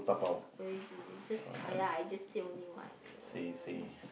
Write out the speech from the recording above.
oh you just you just !aiya! I just say only what oh